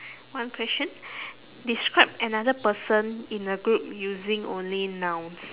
one question describe another person in a group using only nouns